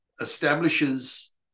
establishes